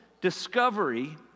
discovery